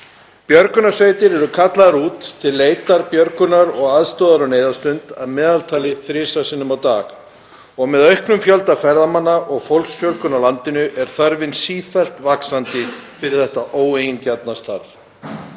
Björgunarsveitir eru kallaðar út til leitar, björgunar og aðstoðar á neyðarstund að meðaltali þrisvar sinnum á dag og með auknum fjölda ferðamanna og fólksfjölgun á landinu fer þörfin sífellt vaxandi fyrir þetta óeigingjarna starf.